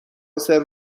سرو